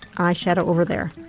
eye shadow over there'.